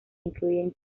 incluyen